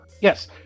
Yes